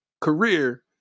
career